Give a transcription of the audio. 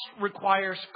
requires